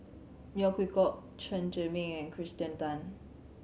Neo Chwee Kok Chen Zhiming and Kirsten Tan